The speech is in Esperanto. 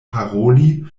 paroli